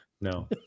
no